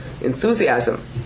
enthusiasm